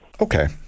Okay